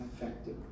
effective